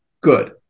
good